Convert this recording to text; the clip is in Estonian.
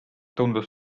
tundus